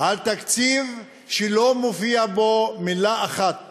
על תקציב שלא מופיעה בו מילה אחת